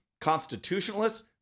constitutionalists